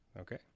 Okay